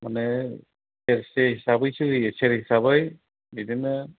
माने सेरसे हिसाबैसो होयो सेर हिसाबै बिदिनो